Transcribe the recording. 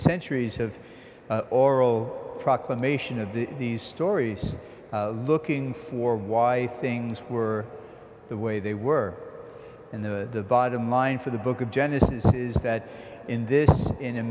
centuries of oral proclamation of the these stories looking for why things were the way they were and the bottom line for the book of genesis is that in this in a